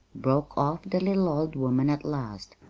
broke off the little old woman at last,